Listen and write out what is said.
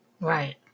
Right